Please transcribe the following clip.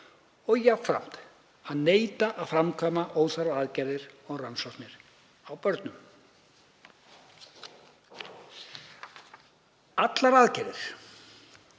og jafnframt að neita að framkvæma óþarfa aðgerðir og rannsóknir á börnum. Öllum aðgerðum,